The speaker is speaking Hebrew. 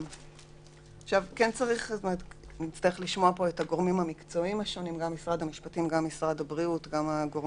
נצטרך לשמוע פה את הגורמים המקצועיים השונים ואת הגורמים